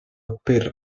per